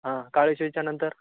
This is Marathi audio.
हां काळेशीच्या नंतर